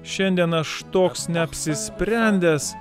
šiandien aš toks neapsisprendęs